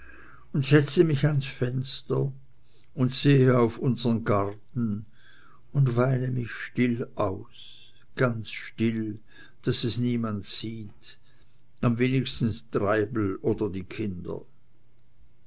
und setze mich ans fenster und sehe auf unsern garten und weine mich still aus ganz still daß es niemand sieht am wenigsten treibel oder die kinder